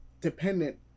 dependent